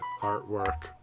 artwork